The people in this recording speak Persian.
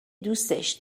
دوستش